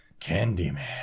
Candyman